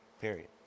Period